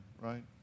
right